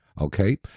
Okay